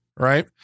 right